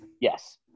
Yes